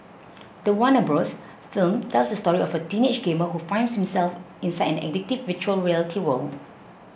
the Warner Bros film tells the story of a teenage gamer who finds himself inside an addictive Virtual Reality world